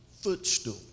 footstool